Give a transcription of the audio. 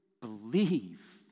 believe